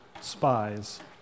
spies